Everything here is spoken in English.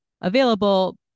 available